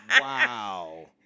Wow